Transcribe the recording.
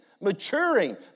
maturing